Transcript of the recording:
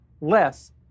less